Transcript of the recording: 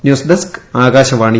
news desk Akashvani